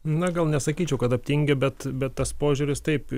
na gal nesakyčiau kad aptingę bet bet tas požiūris taip